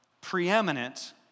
preeminent